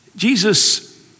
Jesus